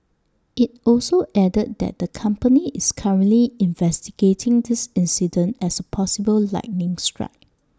IT also added that the company is currently investigating this incident as possible lightning strike